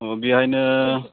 अ बैहायनो